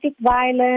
violence